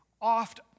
oft